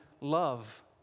love